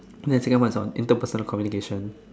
then the second one is what interpersonal communication